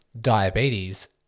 diabetes